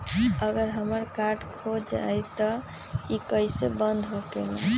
अगर हमर कार्ड खो जाई त इ कईसे बंद होकेला?